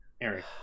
Eric